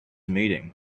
meeting